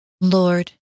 Lord